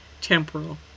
temporal